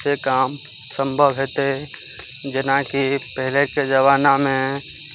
से काम सम्भव हेतै जेनाकि पहिलेके जमानामे